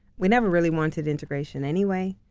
we never really wanted integration anyway,